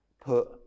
put